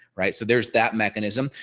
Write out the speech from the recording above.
right. so there's that mechanism,